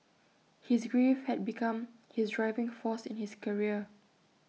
his grief had become his driving force in his career